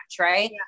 Right